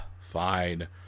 fine